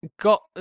got